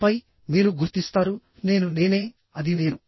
ఆపై మీరు గుర్తిస్తారు నేను నేనే అది నేను